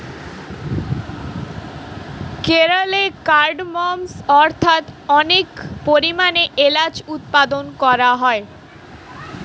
কেরলে কার্ডমমস্ অর্থাৎ অনেক পরিমাণে এলাচ উৎপাদন করা হয়